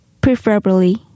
preferably